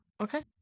Okay